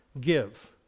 give